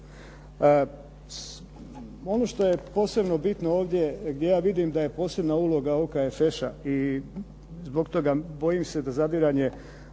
Ono što je posebno bitno ovdje, gdje ja vidim da je posebna uloga OKFŠ-a i zbog toga bojim se da zadiranje